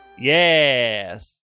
Yes